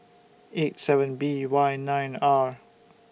eight seven B Y nine R